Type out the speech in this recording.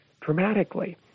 dramatically